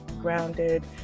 grounded